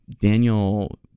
Daniel